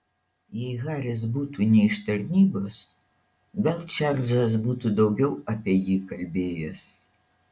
jei haris būtų ne iš tarnybos gal čarlzas būtų daugiau apie jį kalbėjęs